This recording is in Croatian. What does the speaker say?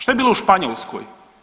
Šta je bilo u Španjolskoj?